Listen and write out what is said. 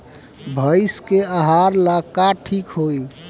भइस के आहार ला का ठिक होई?